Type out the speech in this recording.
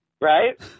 Right